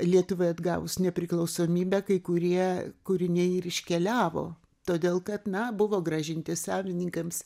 lietuvai atgavus nepriklausomybę kai kurie kūriniai ir iškeliavo todėl kad na buvo grąžinti savininkams